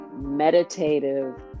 meditative